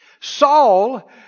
Saul